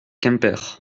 quimper